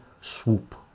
swoop